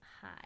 hi